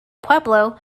pueblo